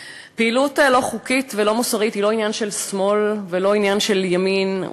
פעילות לא חוקית ולא מוסרית היא לא עניין של שמאל ולא עניין של ימין,